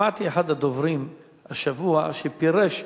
שמעתי אחד הדוברים השבוע שפירש,